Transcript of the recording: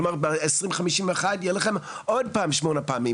כלומר ב- 2051 יהיה עוד פעם שמונה פעמים,